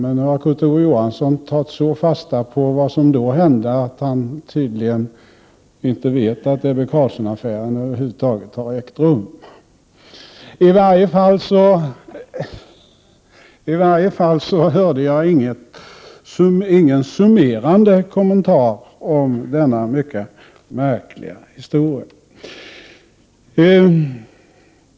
Kurt Ove Johansson har tagit så fasta på vad som då hände att han tydligen inte vet att Ebbe Carlsson-affären över huvud taget har ägt rum. I varje fall hörde jag ingen summerande kommentar om denna mycket märkliga historia.